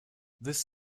this